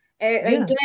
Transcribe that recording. Again